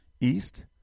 east